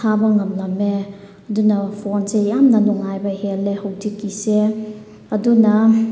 ꯊꯥꯕ ꯉꯝꯂꯝꯃꯦ ꯑꯗꯨꯅ ꯐꯣꯟꯁꯦ ꯌꯥꯝꯅ ꯅꯨꯡꯉꯥꯏꯕ ꯍꯦꯜꯂꯦ ꯍꯧꯖꯤꯛꯀꯤꯁꯦ ꯑꯗꯨꯅ